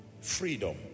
Freedom